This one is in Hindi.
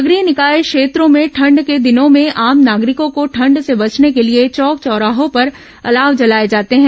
नगरीय निकाय क्षेत्रों में ठंड के दिनों में आम नागरिकों को ठंड से बचाने के लिए चौक चौराहों पर अलाव जलाए जाते हैं